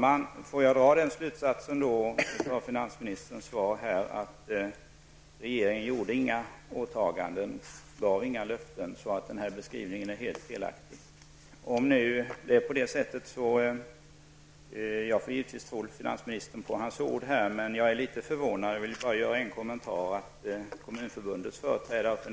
Herr talman! Kan jag av finansministerns svar dra den slutsatsen att regeringen inte gjorde några åtaganden eller gav några löften och att den här beskrivningen är helt felaktig? Jag tror givetvis finansministern på hans ord, men jag är ändå litet förvånad över att Kommunförbundets och